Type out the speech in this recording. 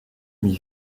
mit